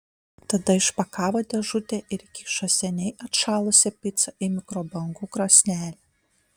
tada išpakavo dėžutę ir įkišo seniai atšalusią picą į mikrobangų krosnelę